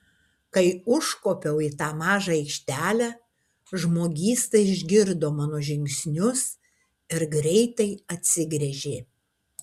kai užkopiau į tą mažą aikštelę žmogysta išgirdo mano žingsnius ir greitai atsigręžė